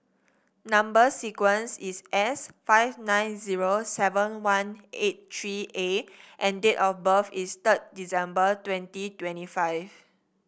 number sequence is S five nine zero seven one eight three A and date of birth is third December twenty twenty five